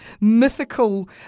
mythical